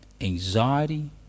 anxiety